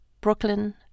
Brooklyn